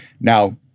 Now